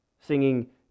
Singing